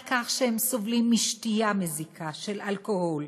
על כך שהם סובלים משתייה מזיקה של אלכוהול,